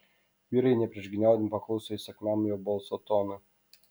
vyrai nepriešgyniaudami pakluso įsakmiam jo balso tonui